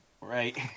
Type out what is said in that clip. Right